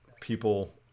people